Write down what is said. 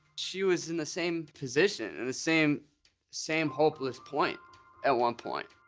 she was in the same position, in the same same hopeless point at one point.